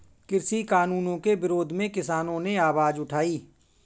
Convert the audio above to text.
कृषि कानूनों के विरोध में किसानों ने आवाज उठाई